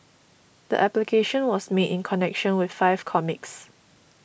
the application was made in connection with five comics